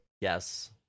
Yes